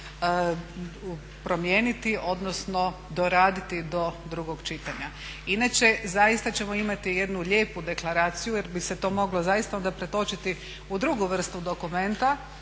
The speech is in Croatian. promijeniti odnosno doraditi do drugog čitanja. Inače, zaista ćemo imati jednu lijepu deklaraciju jer bi se to moglo zaista onda pretočiti u drugu vrstu dokumenta